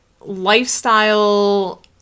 lifestyle